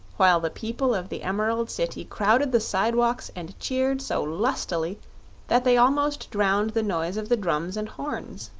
while the people of the emerald city crowded the sidewalks and cheered so lustily that they almost drowned the noise of the drums and horns.